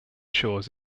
shores